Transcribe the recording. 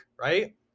right